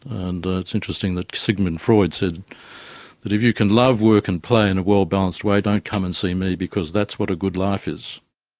and it's interesting that sigmund freud said that if you can love, work and play in a well-balanced way, don't come and see me because that's what a good life is.